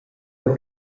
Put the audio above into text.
quei